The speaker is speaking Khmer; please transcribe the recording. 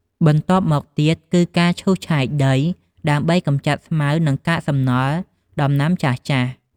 បន្ទាប់មកទៀតគឺការឈូសឆាយដីដើម្បី កម្ចាត់ស្មៅ និងកាកសំណល់ដំណាំចាស់ៗ។